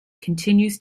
continues